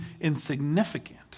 insignificant